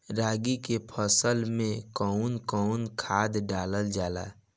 रागी के फसल मे कउन कउन खाद डालल जाला?